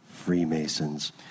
Freemasons